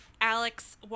Alex